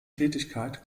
tätigkeit